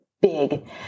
big